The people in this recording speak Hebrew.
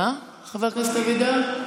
מה, חבר הכנסת אבידר?